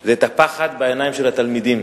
זה את הפחד בעיניים של התלמידים.